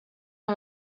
amb